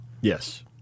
Yes